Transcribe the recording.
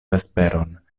vesperon